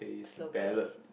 slow pace